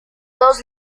dos